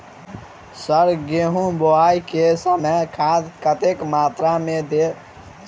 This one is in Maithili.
सर गेंहूँ केँ बोवाई केँ समय केँ खाद कतेक मात्रा मे देल जाएँ?